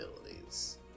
abilities